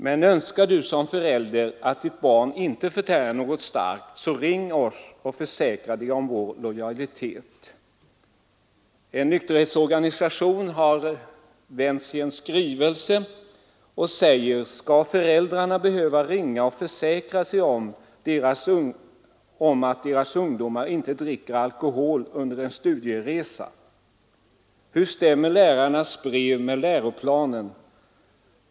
Men önskar du som förälder att ditt barn inte förtär något starkt så ring oss och försäkra dig om vår lojalitet.” En nykterhetsorganisation har vänt sig mot detta i en skrivelse och säger: Skall föräldrar behöva ringa och försäkra sig om att deras ungdomar inte dricker alkohol under en studieresa? Hur stämmer lärarnas brev med läroplanen?